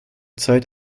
zeit